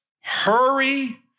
hurry